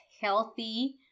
healthy